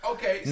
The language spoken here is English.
Okay